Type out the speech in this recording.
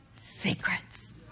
secrets